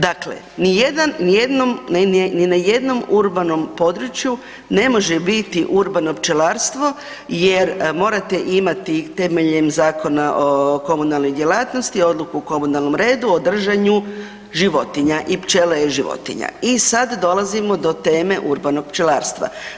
Dakle, ni na jednom urbanom području ne može biti urbano pčelarstvo jer morate imati temeljem Zakona o komunalnoj djelatnosti odluku o komunalnom redu o držanju životinja, i pčela je životinja i sad dolazimo do teme urbanog pčelarstva.